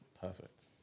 perfect